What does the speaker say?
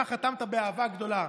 כך חתמת באהבה גדולה.